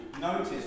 Notice